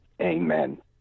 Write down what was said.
Amen